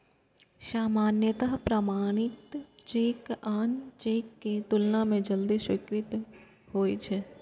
सामान्यतः प्रमाणित चेक आन चेक के तुलना मे जल्दी स्वीकृत होइ छै